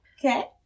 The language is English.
Okay